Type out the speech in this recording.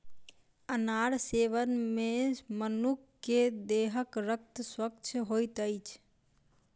अनार सेवन मे मनुख के देहक रक्त स्वच्छ होइत अछि